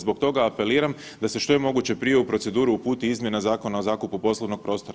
Zbog toga apeliram da se što je moguće prije u proceduru uputi izmjena Zakona o zakupu poslovnog prostora.